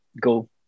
go